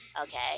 Okay